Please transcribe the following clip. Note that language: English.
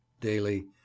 daily